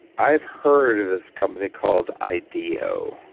i've heard of this company called ideo,